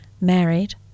married